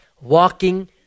Walking